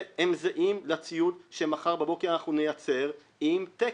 הם זהים לציוד שמחר בבוקר אנחנו נייצר עם תקן,